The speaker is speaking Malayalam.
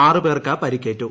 ആറ് പേർക്ക് പരിക്കേറ്റു